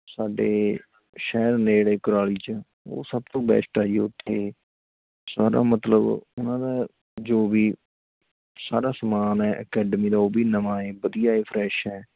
ਸਾਡੇ ਸ਼ਹਿਰ ਨੇੜੇ ਕੁਰਾਲੀ 'ਚ ਓਹ ਸਭ ਤੋਂ ਬੈਸਟ ਆ ਜੀ ਉੱਥੇ ਸਾਰਾ ਮਤਲਬ ਉਹਨਾਂ ਦਾ ਜੋ ਵੀ ਸਾਰਾ ਸਮਾਨ ਏ ਕੈਡਮੀ ਦਾ ਉਹ ਵੀ ਨਵਾਂ ਏ ਵਧੀਆ ਏ ਫਰੈਸ਼ ਹੈ